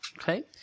Okay